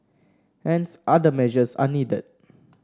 hence other measures are needed